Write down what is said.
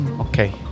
Okay